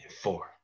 four